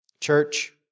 Church